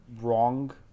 wrong